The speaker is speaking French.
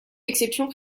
exceptions